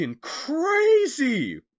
crazy